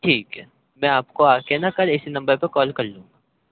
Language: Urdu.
ٹھیک ہے میں آپ کو آ کے نا کل اسی نمبر پہ کال کر لوں گا